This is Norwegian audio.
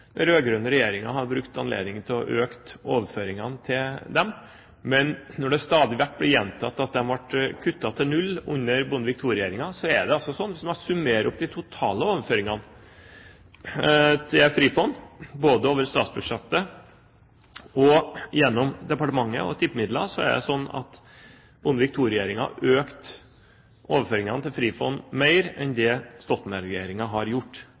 den rød-grønne regjeringen har brukt anledningen til å øke overføringene til dem. Men når det stadig vekk blir gjentatt at de ble kuttet til null under Bondevik II-regjeringen, er det altså slik at hvis man summerer opp de totale overføringene til Frifond, både over statsbudsjettet og gjennom departementet og tippemidler, økte Bondevik II-regjeringen overføringene til Frifond mer enn det Stoltenberg-regjeringen har gjort.